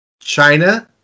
China